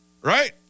right